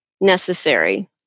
necessary